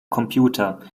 computer